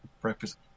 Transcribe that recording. breakfast